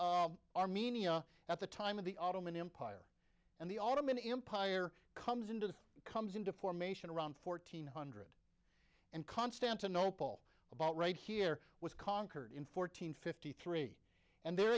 armenia at the time of the ottoman empire and the ottoman empire comes into this comes into formation around fourteen hundred and constantinople about right here was conquered in fourteen fifty three and there